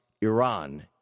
Iran